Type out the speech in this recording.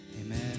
amen